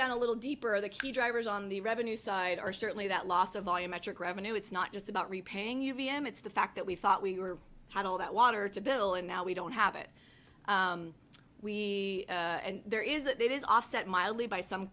down a little deeper the key drivers on the revenue side are certainly that loss of volumetric revenue it's not just about repaying you v m it's the fact that we thought we were had all that water to bill and now we don't have it we and there is it is offset mildly by some